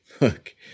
look